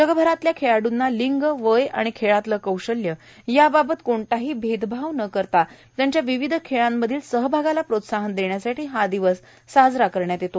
जगभरातल्या खेळाडूंना लिंग वय आणि खेळातलं कौशल्य याबाबत कोणताही भेदभाव न करता त्यांच्या विविध खेळांमधल्या सहभागाला प्रोत्साहन देण्यासाठी हा दिवस साजरा करण्यात येतो